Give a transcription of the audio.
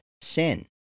sin